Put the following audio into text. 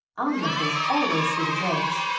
on-lookers always see the jokes,